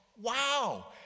Wow